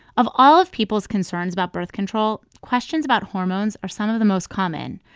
of all of people's concerns about birth control, questions about hormones are some of the most common,